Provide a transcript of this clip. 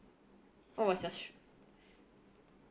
what was your strategy